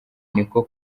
niko